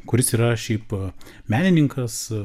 kuris yra šiaip menininkas